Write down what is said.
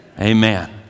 Amen